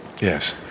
Yes